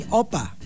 opa